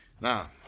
Now